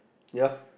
ya